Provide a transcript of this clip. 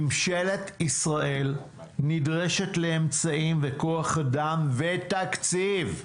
ממשלת ישראל נדרשת לאמצעים, לכוח אדם ולתקציב.